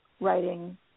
writing